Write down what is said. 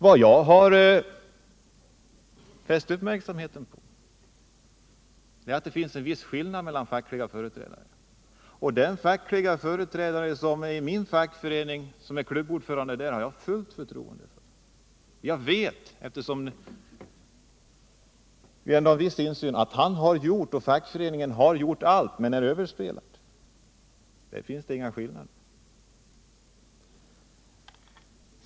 Vad jag har fäst uppmärksamheten på är att det finns en viss skillnad mellan fackliga företrädare, och min klubbordförande har jag fullt förtroende för. Jag vet, eftersom vi ändå har en viss insyn i detta, att fackföreningen gjort allt vad som står i dess förmåga men att den är överspelad. På den punkten finns det inga meningsskillnader.